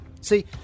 See